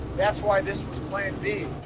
that's why this was plan b.